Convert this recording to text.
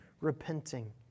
repenting